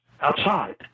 outside